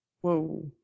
whoa